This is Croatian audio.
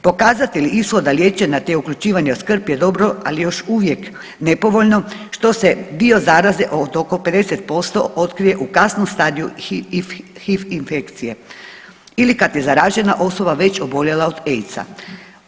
Pokazatelji ishoda liječenja te uključivanja u skrb je dobro, ali još uvijek nepovoljno što se dio zaraze od oko 50% otkrije u kasnom stanju HIV infekcije ili kad je zaražena osoba već oboljela od AIDS-a.